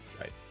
Right